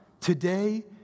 today